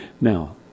Now